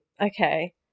Okay